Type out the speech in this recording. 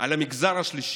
על המגזר השלישי,